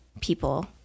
people